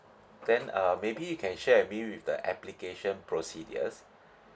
then uh maybe you can share with me with the application procedures